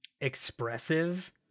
expressive